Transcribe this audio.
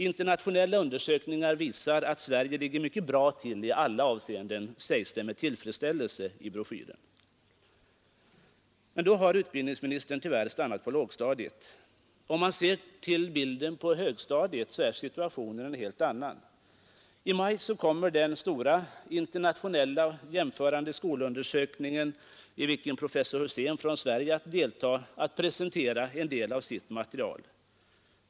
Internationella undersökningar visar att Sverige ligger mycket bra till i alla avseenden, sägs det med tillfredsställelse i broschyren. Men då har utbildningsministern tyvärr stannat på lågstadiet. Om man ser till bilden på högstadiet är situationen en helt annan. I maj månad kommer den stora internationella jämförande skolundersökningen, i vilken professor Husén från Sverige deltar, att presentera en del av sitt material.